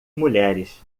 mulheres